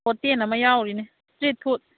ꯍꯣꯇꯦꯟ ꯑꯃ ꯌꯥꯎꯔꯤꯅꯦ street food